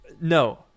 no